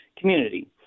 community